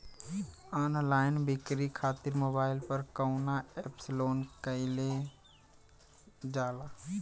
Online बिक्री खातिर mobile पर कवना एप्स लोन कईल जाला?